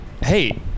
hey